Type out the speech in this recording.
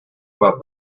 about